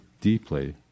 deeply